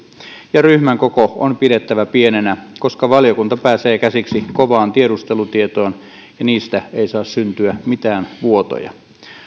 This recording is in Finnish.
ja ryhmän koko on pidettävä pienenä koska valiokunta pääsee käsiksi kovaan tiedustelutietoon ja siitä ei saa syntyä mitään vuotoja